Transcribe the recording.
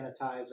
sanitizer